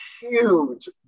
huge